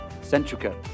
Centrica